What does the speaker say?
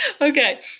Okay